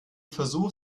versuch